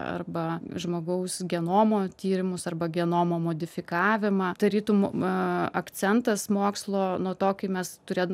arba žmogaus genomo tyrimus arba genomo modifikavimą tarytum akcentas mokslo nuo to kai mes turėjom